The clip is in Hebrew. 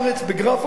ב"גרפופרינט".